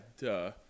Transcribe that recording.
duh